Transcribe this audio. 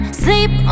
sleep